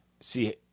See